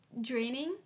draining